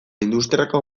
industriako